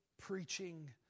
Preaching